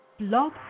Love